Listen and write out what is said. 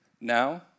now